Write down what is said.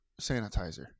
sanitizer